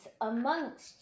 amongst